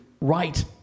right